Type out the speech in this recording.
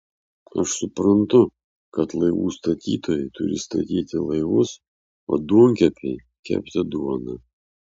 aš suprantu kad laivų statytojai turi statyti laivus o duonkepiai kepti duoną